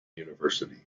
university